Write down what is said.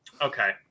Okay